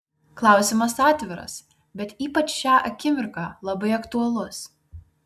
klausimas atviras bet ypač šią akimirką labai aktualus